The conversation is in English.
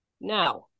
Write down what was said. Now